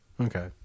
Okay